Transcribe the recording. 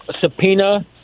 subpoena